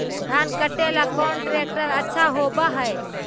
धान कटे ला कौन ट्रैक्टर अच्छा होबा है?